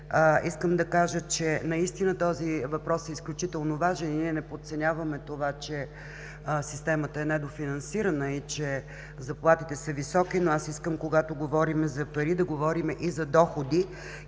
Искам да кажа, че този въпрос е изключително важен. Ние не подценяваме това, че системата е недофинансирана и че заплатите са високи, но аз искам, когато говорим за пари, да говорим и за доходи.